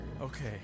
Okay